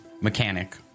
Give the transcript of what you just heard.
mechanic